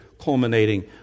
culminating